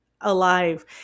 alive